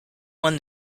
won